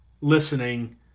listening